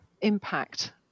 impact